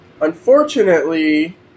Unfortunately